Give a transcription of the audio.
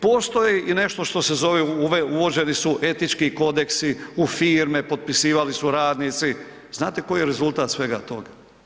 Postoje i nešto što se zove, uvođeni su Etički kodeksi u firme, potpisivali su radnici, znate koji je rezultat svega toga?